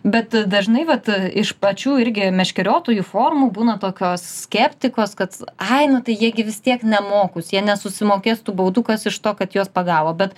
bet dažnai vat iš pačių irgi meškeriotojų forumų būna tokios skeptikos kad ai nu tai jie gi vis tiek nemokūs jie nesusimokės tų baudų kas iš to kad juos pagavo bet